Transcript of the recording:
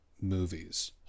movies